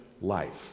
life